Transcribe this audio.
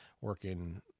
working